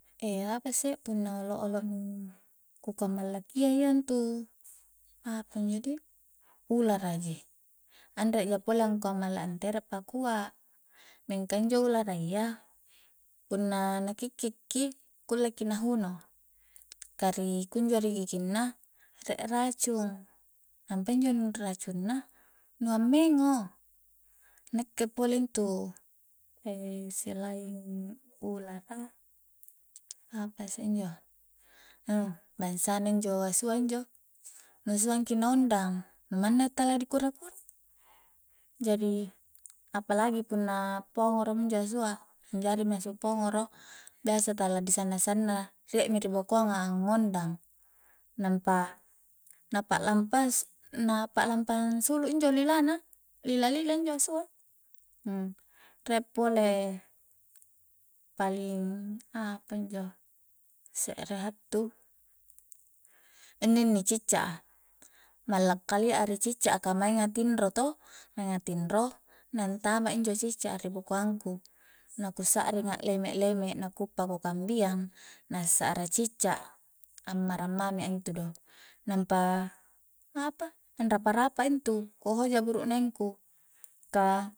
apasse punna olo-olo nu ku kamallakia iyantu apanjo di ulara ji anre ja pole angkua malla antere pakua mingka injo ularayya punna na kikki ki kulle ki nahuno ka ri kunjo ri giginna rie racung nampa injo nu racungna nu ammengo nakkke pole intu selaing ulara apasse injoe e bangsa na injo asua injo nu suang ki na ondang manna tala dikura-kura jari apalagi punna pongoro minjo asua anjari mi asu pongoro biasa tala di sanna-sanna rie mi ri bokoang a angngondang nampa na pa'lampa-na pa'lampa ansulu injo lila na lila-lila injo asua rie pole paling apanjo se're hattu inni-inni cicca a malla kaia a ri cicca a ka maing a tinro to mainga tinro na antama injo cicca a ri bokoang ku na ku sa'ring a'leme-leme na ku uppa ku kambiang na sa'ra cicca ammarang mami a intu do nampa apa anrapa-rapa a intu ku hoja burukneng ku ka